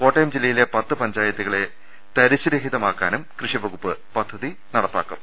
കോട്ടയം ജില്ലയിലെ പത്ത് പഞ്ചായത്തുകളെ തരിശ് രഹിതമാക്കാനും കൃഷിവകുപ്പ് പദ്ധതി നടപ്പാക്കും